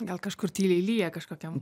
gal kažkur tyliai lyja kažkokiam